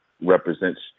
represents